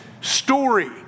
story